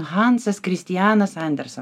hansas kristianas andersen